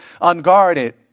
unguarded